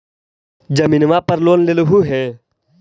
जमीनवा पर लोन लेलहु हे?